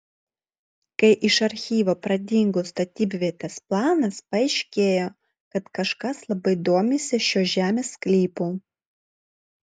kai iš archyvo pradingo statybvietės planas paaiškėjo kad kažkas labai domisi šiuo žemės sklypu